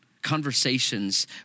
conversations